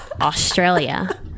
Australia